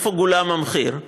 איפה גולם המחיר?